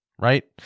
right